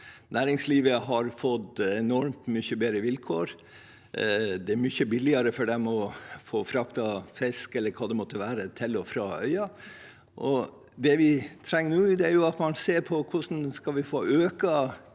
Næringslivet har fått enormt mye bedre vilkår. Det er mye billigere for dem å få fraktet fisk, eller hva det måtte være, til og fra øya. Det vi trenger nå, er at man ser på hvordan vi skal få økt